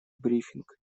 брифинг